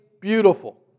beautiful